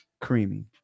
Creamy